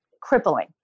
Crippling